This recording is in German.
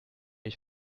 ich